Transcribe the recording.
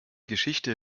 geschichte